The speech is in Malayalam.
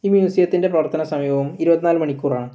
ഈ മ്യൂസിയത്തിൻ്റെ പ്രവർത്തന സമയവും ഇരുപത്തി നാല് മണിക്കൂറാണ്